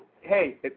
Hey